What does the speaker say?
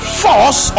force